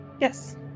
yes